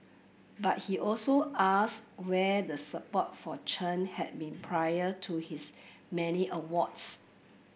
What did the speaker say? but he also ask where the support for Chen had been prior to his many awards